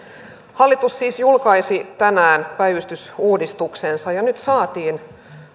hallitus siis julkaisi tänään päivystysuudistuksensa ja nyt saatiin